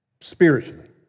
spiritually